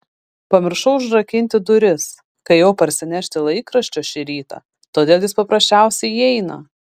pamiršau užrakinti duris kai ėjau parsinešti laikraščio šį rytą todėl jis paprasčiausiai įeina